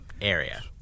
area